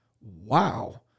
wow